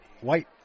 White